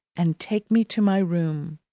and take me to my room!